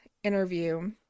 Interview